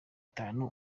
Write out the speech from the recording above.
itanu